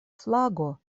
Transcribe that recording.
flago